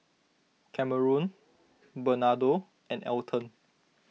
Kameron Bernardo and Elton